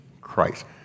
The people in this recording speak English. Christ